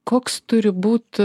koks turi būt